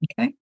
Okay